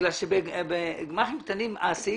גמ"חים קטנים?